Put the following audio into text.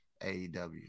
AEW